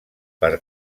per